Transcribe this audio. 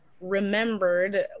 remembered